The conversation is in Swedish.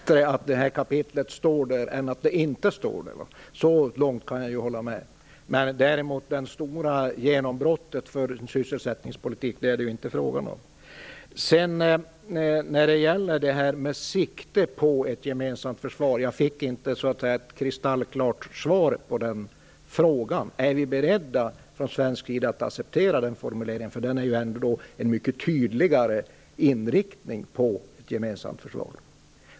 Herr talman! Det är sannolikt bättre att kapitlet finns med än att det inte gör det, så långt kan jag instämma. Men däremot är det inte fråga om det stora genombrottet för sysselsättningspolitiken. På frågan om formuleringen med sikte på ett gemensamt försvar fick jag inget kristallklart svar. Är man från svensk sida beredd att acceptera formuleringen? Den innebär ändå en mycket tydligare inriktning på ett gemensamt försvar.